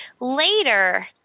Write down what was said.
later